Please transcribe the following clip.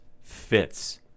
fits